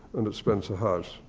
and at spencer house.